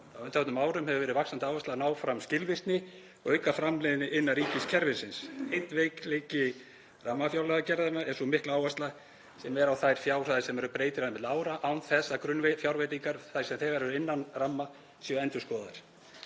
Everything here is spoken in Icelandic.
Á undanförnum árum hefur verið vaxandi áhersla á að ná fram skilvirkni og auka framleiðni innan ríkiskerfisins. Einn veikleiki rammafjárlagagerðarinnar er sú mikla áhersla sem er á þær fjárhæðir sem eru breytilegar milli ára án þess að grunnfjárveitingar, þær sem þegar eru innan ramma, séu endurskoðaðar.